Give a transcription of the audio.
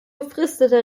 befristete